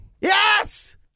Yes